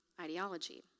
ideology